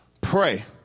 Pray